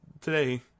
today